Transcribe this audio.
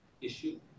issue